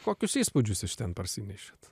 kokius įspūdžius iš ten parsinešėt